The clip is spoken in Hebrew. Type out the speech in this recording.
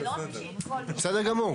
בסדר גמור.